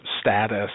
status